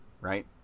right